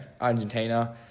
Argentina